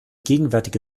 gegenwärtige